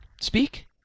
speak